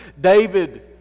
David